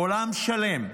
עולם שלם.